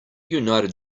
united